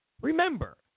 Remember